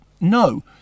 no